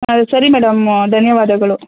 ಹಾಂ ಸರಿ ಮೇಡಮ್ ಧನ್ಯವಾದಗಳು